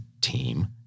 team